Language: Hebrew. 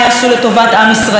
אלא לפריימריז.